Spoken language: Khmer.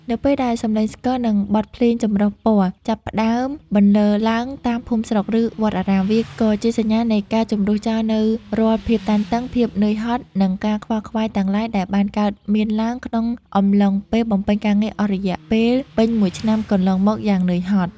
នៅពេលដែលសម្លេងស្គរ និងបទភ្លេងចម្រុះពណ៌ចាប់ផ្តើមបន្លឺឡើងតាមភូមិស្រុក ឬវត្តអារាម វាក៏ជាសញ្ញានៃការជម្រុះចោលនូវរាល់ភាពតានតឹង ភាពហត់នឿយ និងការខ្វាយខ្វល់ទាំងឡាយដែលបានកើតមានឡើងក្នុងអំឡុងពេលបំពេញការងារអស់រយៈពេលពេញមួយឆ្នាំកន្លងមកយ៉ាងនឿយហត់។